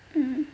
mm